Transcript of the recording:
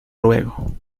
luego